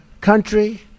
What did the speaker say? country